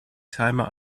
timer